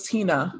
Tina